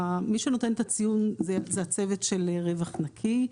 מי שנותן את הציון זה הצוות של רווח נקי.